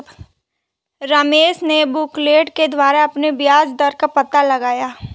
रमेश ने बुकलेट के द्वारा अपने ब्याज दर का पता लगाया